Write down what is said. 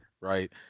right